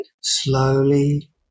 slowly